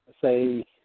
say –